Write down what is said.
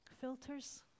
Filters